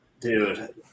Dude